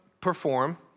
perform